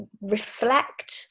reflect